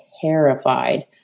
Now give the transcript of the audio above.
terrified